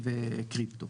אנחנו